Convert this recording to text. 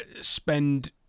spend